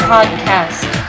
Podcast